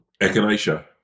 Echinacea